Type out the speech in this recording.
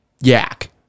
yak